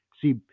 See